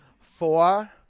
Four